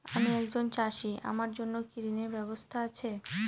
আমি একজন চাষী আমার জন্য কি ঋণের ব্যবস্থা আছে?